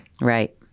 Right